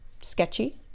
sketchy